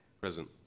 Present